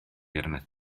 arnat